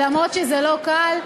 ואף שזה לא קל,